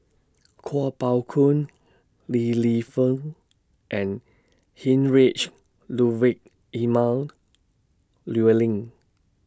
Kuo Pao Kun Li Lienfung and Heinrich Ludwig Emil Luering